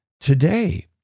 today